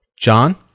John